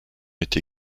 été